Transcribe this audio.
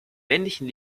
männlichen